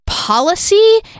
Policy